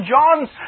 John's